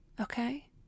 Okay